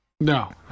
No